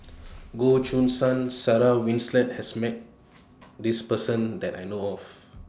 Goh Choo San Sarah Winstedt has Met This Person that I know of